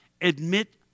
admit